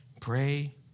pray